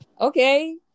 okay